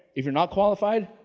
if you're not qualified,